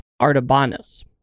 Artabanus